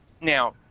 Now